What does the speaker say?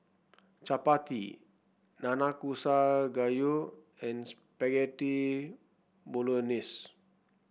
Chapati Nanakusa Gayu and Spaghetti Bolognese